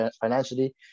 financially